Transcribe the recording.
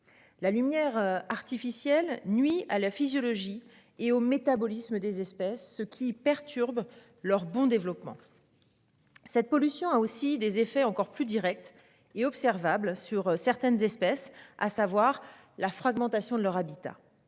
La lumière artificielle, nuit à la physiologie et au métabolisme des espèces, ce qui perturbe leur bon développement. Cette pollution a aussi des effets encore plus Direct et observables sur certaines espèces, à savoir la fragmentation de leur habitat.